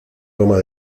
goma